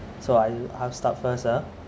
so I I'll start first ah